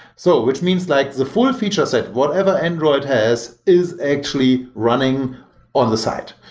so which means like the full feature set, whatever android has is actually running on the side.